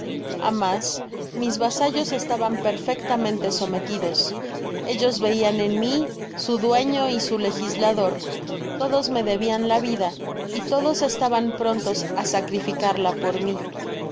mas mis vasallos estaban perfectamente sometidos ellos veian en mi su dueño y su legislador todos me debian la vida y todos estaban prontos á sacrificarla por mi